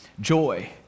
Joy